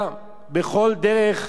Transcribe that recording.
לפחות לגבי הקטינים,